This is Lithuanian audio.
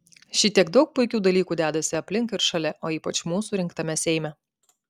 šitiek daug puikių dalykų dedasi aplink ir šalia o ypač mūsų rinktame seime